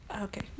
Okay